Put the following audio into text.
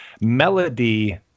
melody—